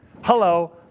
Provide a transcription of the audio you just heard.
Hello